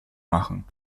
machen